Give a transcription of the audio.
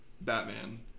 Batman